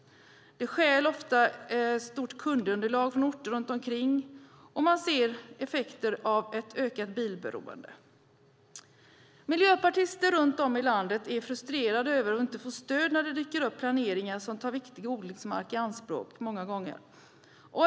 De stjäl ofta ett stort kundunderlag från orter runt omkring, och man ser effekter av ett ökat bilberoende. Miljöpartister runt om i landet är frustrerade över att inte få stöd när det dyker upp planeringar som många gånger tar viktig jordbruksmark i anspråk.